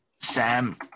Sam